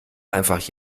einfach